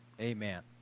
Amen